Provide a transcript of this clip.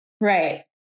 Right